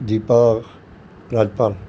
Deepa Rajpal